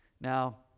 Now